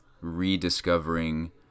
rediscovering